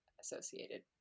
associated